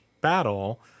battle